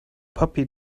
puppy